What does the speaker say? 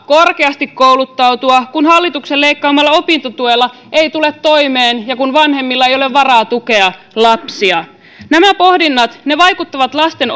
korkeasti kouluttautua kun hallituksen leikkaamalla opintotuella ei tule toimeen ja kun vanhemmilla ei ole varaa tukea lapsia nämä pohdinnat vaikuttavat lasten